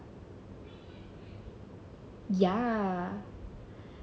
ya